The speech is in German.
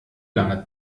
lange